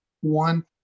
one